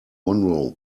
monroe